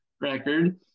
record